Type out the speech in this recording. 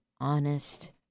honest